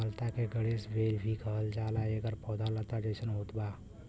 कामलता के गणेश बेल भी कहल जाला एकर पौधा लता जइसन होत बा